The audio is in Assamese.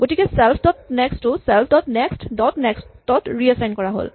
গতিকে self dot next to self dot next dot next ত ৰিএচাইন কৰা হ'ল